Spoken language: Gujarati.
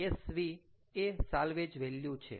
SV એ સાલ્વેજ વેલ્યુ છે